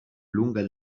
lunga